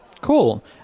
Cool